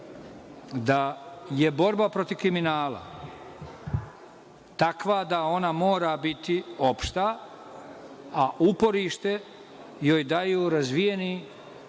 da je borba protiv kriminala takva da ona mora biti opšta, a uporište joj daju razvijeni,